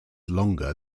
longer